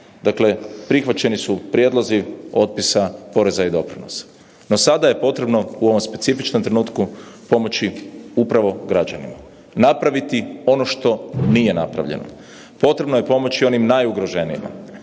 Dakle prihvaćeni su prijedlozi otpisa poreza i doprinosa. No, sada je potrebno u ovom specifičnom trenutku pomoći upravo građanima, napraviti ono što nije napravljeno. Pomoći onima najugroženijima,